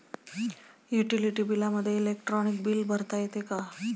Utility बिलामध्ये electronic bill भरता येते का?